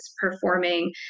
performing